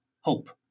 hope